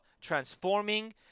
transforming